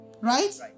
Right